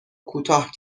کوتاه